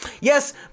Yes